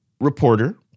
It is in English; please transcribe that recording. reporter